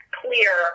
clear